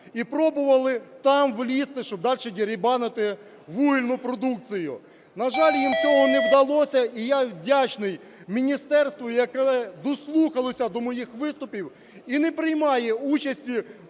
і пробували там влізти, щоб дальше дерибанити вугільну продукцію. На жаль, їм цього не вдалося. І я вдячний міністерству, яке дослухалося до моїх виступів і не приймає участі